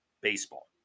baseball